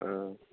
ஆ